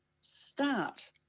Start